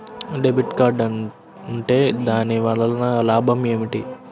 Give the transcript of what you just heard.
Debit card ఉంటే దాని వలన లాభం ఏమిటీ?